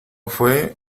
fue